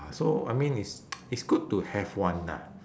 ah so I mean is is good to have one ah